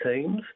teams